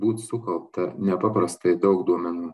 būt sukaupta nepaprastai daug duomenų